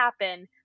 happen